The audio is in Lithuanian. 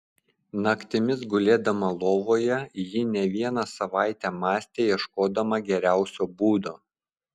naktimis gulėdama lovoje ji ne vieną savaitę mąstė ieškodama geriausio būdo